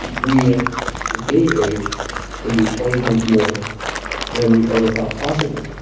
and we ah at any age can do twenty times more than we ever thought possible.